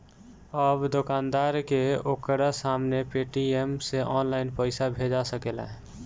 अब दोकानदार के ओकरा सामने पेटीएम से ऑनलाइन पइसा भेजा सकेला